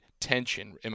tension